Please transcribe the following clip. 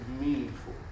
meaningful